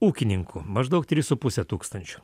ūkininkų maždaug trys su puse tūkstančio